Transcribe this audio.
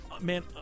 Man